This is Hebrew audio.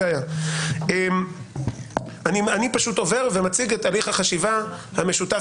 אני פשוט עובר ומציג את הליך החשיבה המשותף